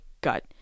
gut